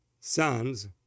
sons